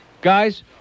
Guys